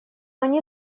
они